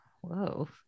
Whoa